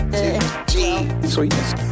Sweetness